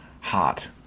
Hot